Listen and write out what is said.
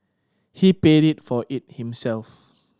he paid it for it himself